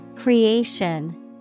Creation